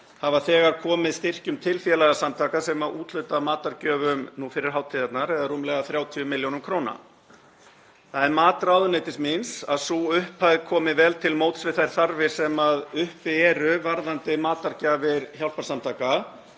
hafa þegar komið styrkjum til félagasamtaka sem úthluta matargjöfum nú fyrir hátíðarnar eða rúmlega 30 milljónum kr. Það er mat ráðuneytis míns að sú upphæð komi vel til móts við þær þarfir sem fyrir eru varðandi matargjafir hjálparsamtaka